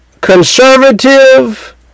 conservative